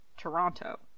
Toronto